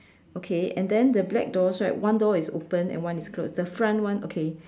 okay and then the black doors right one door is open and one is close the front one okay